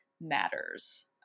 matters